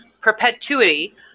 Perpetuity